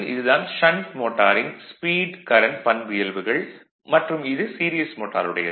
இது தான் ஷண்ட் மோட்டாரின் ஸ்பீட் கரண்ட் பண்பியல்புகள் மற்றும் இது சீரிஸ் மோட்டாருடையது